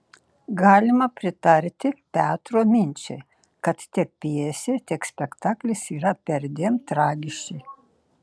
galima pritarti petro minčiai kad tiek pjesė tiek spektaklis yra perdėm tragiški